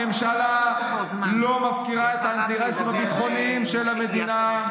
הממשלה לא מפקירה את האינטרסים הביטחוניים של המדינה,